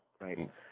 right